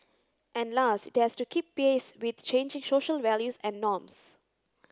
and last it has to keep pace with changing social values and norms